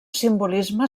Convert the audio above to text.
simbolisme